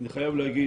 אני חייב להגיד,